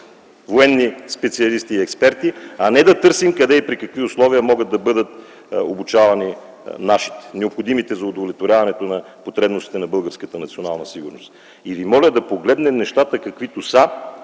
военни специалисти и експерти, а не да търсим къде и при какви условия могат да бъдат обучавани нашите, необходимите за удовлетворяването на потребностите на българската национална сигурност. Моля ви да погледнем нещата такива,